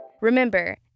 Remember